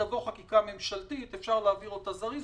תבוא חקיקה ממשלתית, אפשר להעביר אותה בזריזות.